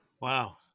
Wow